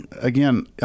again